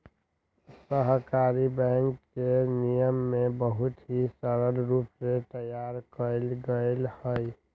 सहकारी बैंक के नियम के बहुत ही सरल रूप से तैयार कइल गैले हई